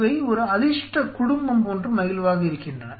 இவை ஒரு அதிர்ஷ்ட குடும்பம் போன்று மகிழ்வாக இருக்கின்றன